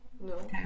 No